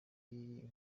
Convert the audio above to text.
n’inkuru